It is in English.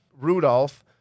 Rudolph